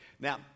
Now